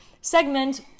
segment